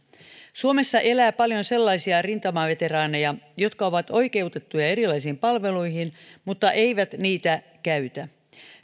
suomessa elää paljon sellaisia rintamaveteraaneja jotka ovat oikeutettuja erilaisiin palveluihin mutta eivät niitä käytä